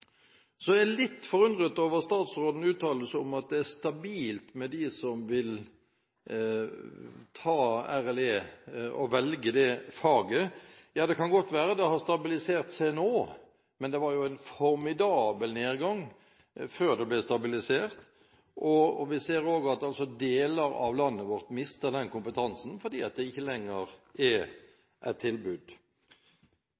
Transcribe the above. Så er jeg litt forundret over statsrådens uttalelse om at tallet på dem som vil ta RLE, som vil velge det faget, er stabilt. Det kan godt være at det har stabilisert seg nå, men det var jo en formidabel nedgang før det ble stabilisert. Vi ser også at deler av landet vårt mister den kompetansen fordi det ikke lenger er et tilbud. Så er det sagt at mye er